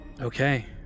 Okay